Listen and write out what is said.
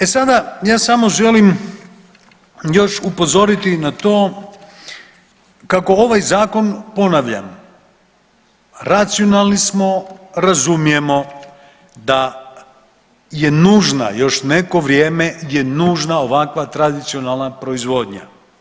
E sada ja samo želim još upozoriti na to kako ovaj zakon, ponavljam racionalni smo, razumijemo da je nužna, još neko vrijeme je nužna ovakva tradicionalna proizvodnja.